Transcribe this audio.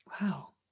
wow